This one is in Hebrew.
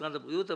משרד הבריאות.